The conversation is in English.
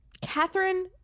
Catherine